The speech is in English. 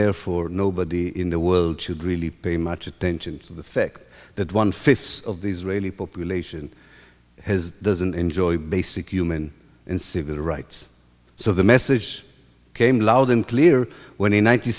therefore nobody in the world should really pay much attention to the fact that one fifth of the israeli population has doesn't enjoy basic human and civil rights so the message came loud and clear when a nine